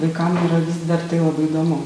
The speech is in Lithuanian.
vaikam yra vis dar tai labai įdomu